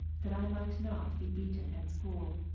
that i might not be beaten at school.